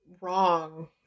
wrong